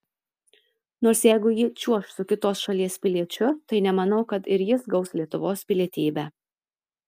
nors jeigu ji čiuoš su kitos šalies piliečiu tai nemanau kad ir jis gaus lietuvos pilietybę